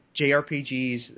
JRPGs